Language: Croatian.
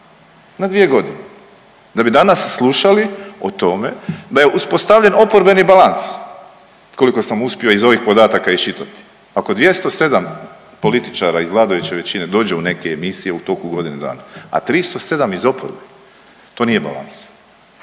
na 2.g., na 2.g., da bi danas slušali o tome da je uspostavljen oporbeni balans, koliko sam uspio iz ovih podataka iščitati, oko 207 političara iz vladajuće većine dođe u neke emisije u toku godine dana, a 307 iz oporbe, to nije balans.